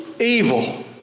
evil